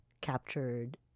captured